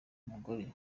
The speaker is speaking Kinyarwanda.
mugore